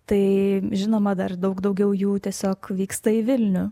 tai žinoma dar daug daugiau jų tiesiog vyksta į vilnių